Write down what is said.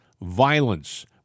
violence